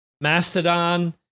Mastodon